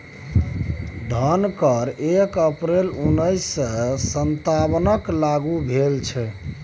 धन कर एक अप्रैल उन्नैस सौ सत्तावनकेँ लागू भेल